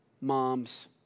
Moms